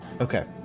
Okay